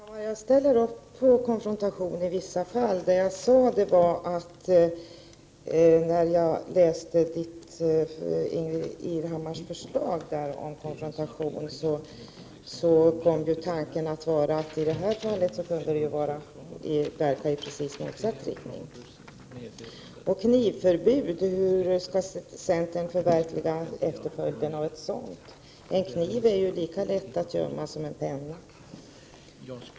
Herr talman! Ja, jag ställer upp på konfrontation i vissa fall, Ingbritt Irhammar. Det jag sade var att när jag läste Ingbritt Irhammars förslag om konfrontation uppkom tanken att det i det här fallet kunde verka i precis motsatt riktning. Hur skall centern tillförsäkra sig efterlevnaden av ett knivförbud? En kniv är ju lika lätt att gömma som en penna.